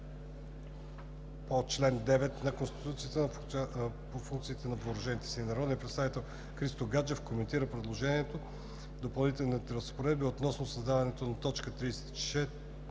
по чл. 9 на Конституцията за функциите на въоръжените сили. Народният представител Христо Гаджев коментира предложението в Допълнителните разпоредби относно създаването на т. 34